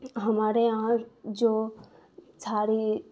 ہمارے یہاں جو ساڑی